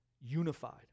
unified